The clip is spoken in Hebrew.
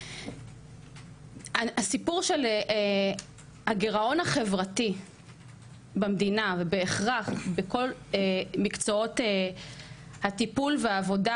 הסיפור של הגירעון החברתי במדינה ובהכרח בכל מקצועות הטיפול והעבודה